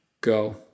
Go